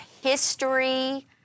history